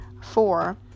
Four